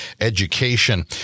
education